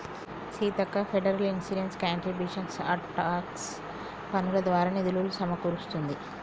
Seethakka federal insurance contributions act tax పన్నులు దారా నిధులులు సమకూరుస్తుంది